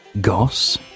goss